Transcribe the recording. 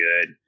good